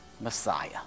Messiah